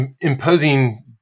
Imposing